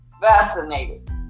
vaccinated